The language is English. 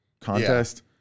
contest